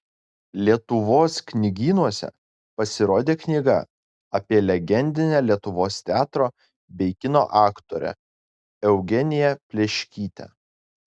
lietuvos knygynuose pasirodė knyga apie legendinę lietuvos teatro bei kino aktorę eugeniją pleškytę